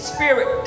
Spirit